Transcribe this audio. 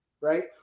right